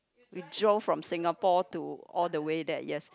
we drove from Singapore to all the way there yes